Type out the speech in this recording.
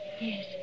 Yes